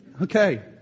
Okay